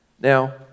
Now